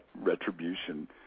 retribution